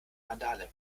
randale